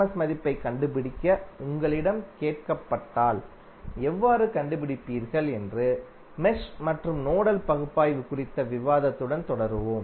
S மதிப்பைக் கண்டுபிடிக்க உங்களிடம் கேட்கப்பட்டால் எவ்வாறு கண்டுபிடிப்பீர்கள் என்று மெஷ் மற்றும் நோடல் பகுப்பாய்வு குறித்த விவாதத்துடன் தொடருவோம்